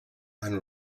and